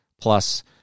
plus